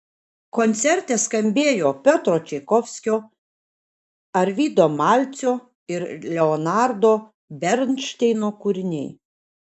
koncerte skambėjo piotro čaikovskio arvydo malcio ir leonardo bernšteino kūriniai